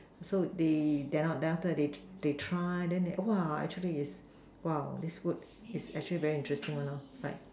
so they dare not then after that they they try then they actually is this food is actually very interesting one right